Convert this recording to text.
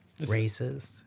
Racist